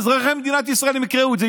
אזרחי מדינת ישראל, אם יקראו את זה.